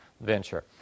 venture